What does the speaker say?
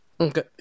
Okay